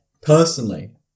personally